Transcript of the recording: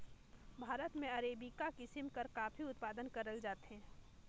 भारत में अरेबिका किसिम कर काफी उत्पादन करल जाथे